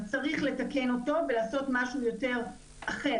צריך לתקן אותו ולעשות משהו אחר,